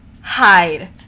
hide